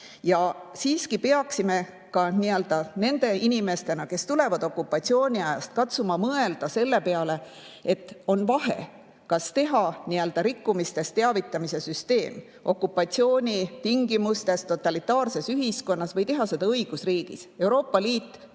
Siiski peaksime ka nende inimestena, kes tulevad okupatsiooniajast, katsuma mõelda selle peale, et on vahe, kas teha rikkumistest teavitamise süsteemi okupatsiooni tingimustes, totalitaarses ühiskonnas, või teha seda õigusriigis. Euroopa Liit toetub